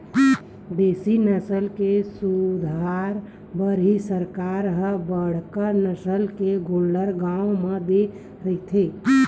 देसी नसल के सुधार बर ही सरकार ह बड़का नसल के गोल्लर गाँव म दे रहिथे